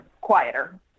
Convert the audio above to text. quieter